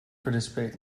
participate